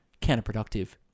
counterproductive